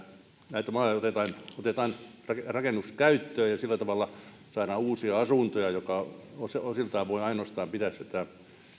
näitä maita otetaan rakennuskäyttöön ja sillä tavalla saadaan uusia asuntoja mikä osiltaan ainoastaan voi pitää tätä